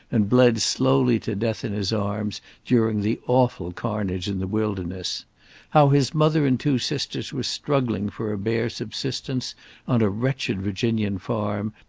and bled slowly to death in his arms during the awful carnage in the wilderness how his mother and two sisters were struggling for a bare subsistence on a wretched virginian farm,